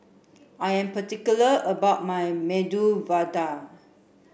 I am particular about my Medu Vada